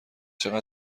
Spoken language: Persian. چقدر